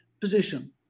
position